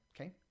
Okay